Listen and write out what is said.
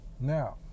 Now